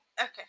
okay